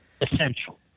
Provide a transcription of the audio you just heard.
essential